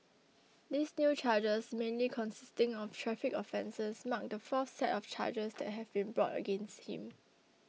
these new charges mainly consisting of traffic offences mark the fourth set of charges that have been brought against him